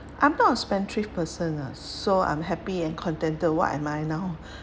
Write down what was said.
I'm not a spendthrift person lah so I'm happy and contented what am I now